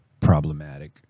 problematic